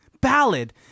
ballad